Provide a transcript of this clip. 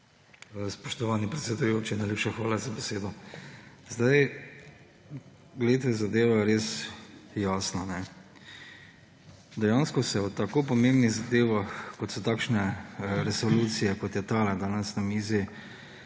Spoštovani predsedujoči, najlepša hvala za besedo. Zadeva je res jasna, dejansko se o tako pomembnih zadevah, kot so takšne resolucije, kot je ta, ki jo imamo danes na mizi,